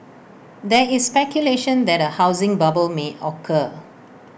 there is speculation that A housing bubble may occur